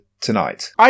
tonight